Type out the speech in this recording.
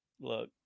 look